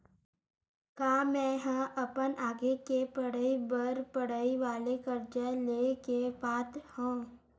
का मेंहा अपन आगे के पढई बर पढई वाले कर्जा ले के पात्र हव?